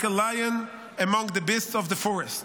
like a lion among the beasts of the forest,